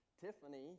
Tiffany